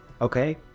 Okay